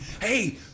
hey